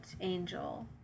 Angel